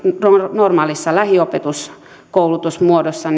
normaalissa lähiopetuskoulutusmuodossa